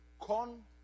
con